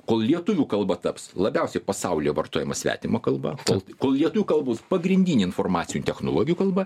kol lietuvių kalba taps labiausiai pasaulyje vartojama svetima kalba kol lietuvių kalba bus pagrindinė informacinių technologijų kalba